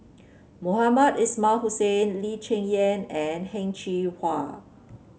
Mohamed Ismail Hussain Lee Cheng Yan and Heng Cheng Hwa